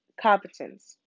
competence